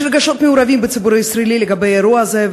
יש רגשות מעורבים בציבור הישראלי לגבי האירוע הזה,